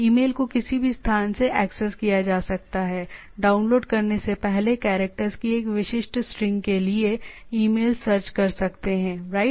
email को किसी भी स्थान से एक्सेस किया जा सकता है डाउनलोड करने से पहले कैरेक्टर्स की एक विशिष्ट स्ट्रिंग के लिए ईमेल सर्च कर सकते हैं राइट